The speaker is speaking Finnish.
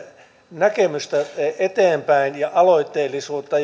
näkemystä eteenpäin ja aloitteellisuutta